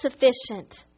sufficient